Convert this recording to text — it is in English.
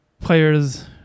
players